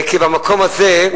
כי במקום הזה,